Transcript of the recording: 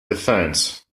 defence